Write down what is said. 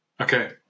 Okay